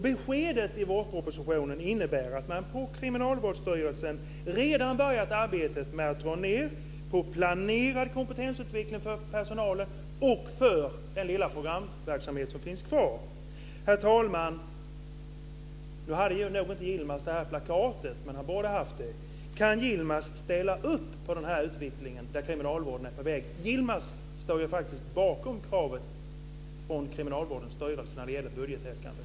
Beskedet i vårpropositionen gör att man på Kriminalvårdsstyrelsen redan påbörjat arbetet med att dra ned på planerad kompetensutveckling för personalen. Det gäller också den lilla programverksamhet som finns kvar. Herr talman! Yilmaz hade nog inte nämnda plakat men han borde ha haft det. Kan Yilmaz alltså verkligen ställa upp på den utveckling som kriminalvården är på väg mot? Yilmaz står ju bakom kravet från Kriminalvårdsstyrelsen när det gäller budgetäskandet.